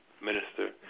minister